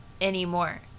anymore